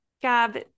Gab